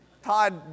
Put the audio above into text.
Todd